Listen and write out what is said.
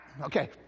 Okay